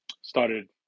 started